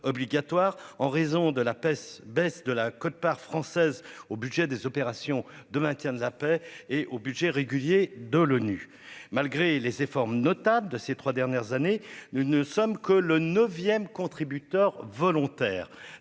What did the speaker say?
obligatoire, en raison de la baisse de la quote-part française au budget des opérations de maintien de la paix et au budget régulier de l'ONU. Malgré les efforts notables de ces trois dernières années, nous ne sommes que le neuvième contributeur volontaire.